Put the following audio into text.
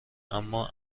اما